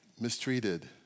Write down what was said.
mistreated